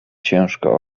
ciężko